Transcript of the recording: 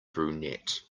brunette